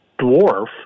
dwarf